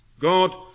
God